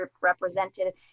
represented